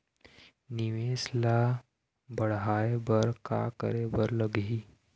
निवेश ला बड़हाए बर का करे बर लगही?